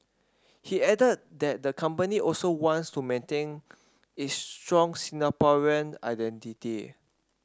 he added that the company also wants to maintain its strong Singaporean identity